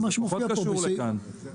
לא,